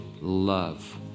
love